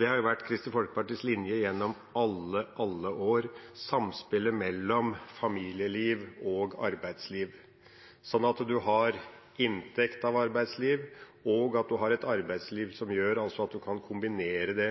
Det har vært Kristelig Folkepartis linje gjennom alle år – samspillet mellom familieliv og arbeidsliv, sånn at man har inntekt av arbeidsliv, og at man har et arbeidsliv som gjør at man kan kombinere det